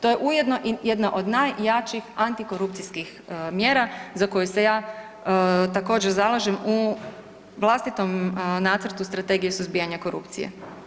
To je ujedno i jedna od najjačih antikorupcijskih mjera za koju se ja također zalažem u vlastitom nacrtu strategije suzbijanja korupcije.